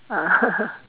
ah